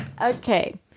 Okay